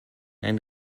ein